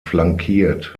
flankiert